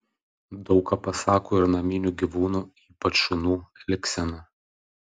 daug ką pasako ir naminių gyvūnų ypač šunų elgsena